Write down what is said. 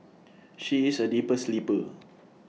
she is A deeper sleeper